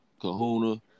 Kahuna